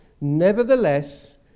nevertheless